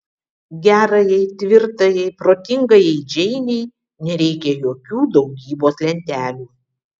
gerajai tvirtajai protingajai džeinei nereikia jokių daugybos lentelių